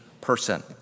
person